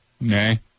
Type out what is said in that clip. Nay